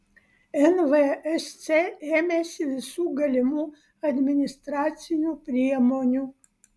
nvsc ėmėsi visų galimų administracinių priemonių